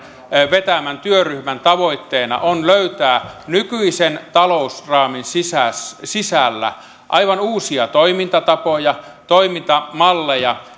vetämän työryhmän tavoitteena on löytää nykyisen talousraamin sisällä sisällä aivan uusia toimintatapoja ja toimintamalleja